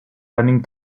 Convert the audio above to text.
running